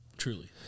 Truly